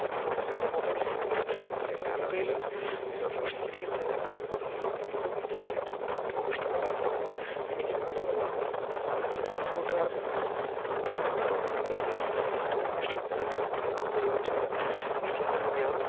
ചിത്രമാണ് എൻ്റെ മൊബൈൽ ശേഖരത്തിൽ എൻ്റെ ഗ്യാലറിയിൽ ഞാൻ സൂക്ഷിച്ചിരിക്കുന്നതിൽ അന്നും ഇന്നും എനിക്ക് ഏറ്റവും ഇഷ്ടപ്പെട്ട ചിത്രം എനിക്ക് മാത്രമല്ല എൻ്റെ കൂട്ടുകാർക്കും സഹപ്രവർത്തകർക്കെല്ലാം ഏറ്റവും ഇഷ്ടപ്പെട്ട ചിത്രം ഏതാണെന്ന് ചോദിച്ചാൽ ഈ ചിത്രം തന്നെയാണ്